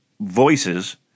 voices